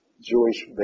Jewish